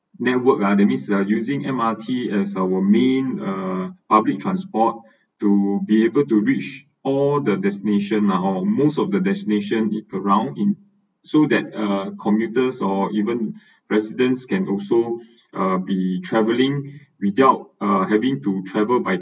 network ah that means using M_R_T as our main uh public transport to be able to reach all the destination or most of the destination around in so that uh commuters or even residents can also uh be travelling without uh having to travel by